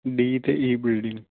D ਅਤੇ E building